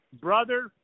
brother